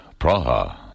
Praha